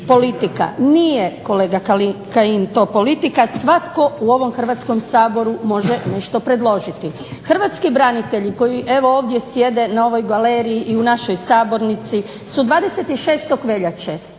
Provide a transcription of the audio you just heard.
politika. Nije, kolega Kajin, to politika, svatko u ovom Hrvatskom saboru može nešto predložiti. Hrvatski branitelji koji evo ovdje sjede na ovoj galeriji i u našoj sabornici su 26. veljače